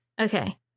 Okay